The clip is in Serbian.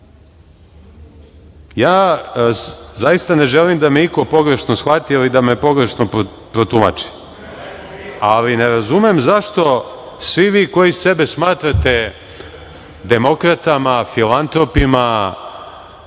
zaista ne želim da me iko pogrešno shvati ili da me pogrešno protumači, ali ne razumem zašto svi vi koji sebe smatrate demokratama, filantropima,